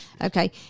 Okay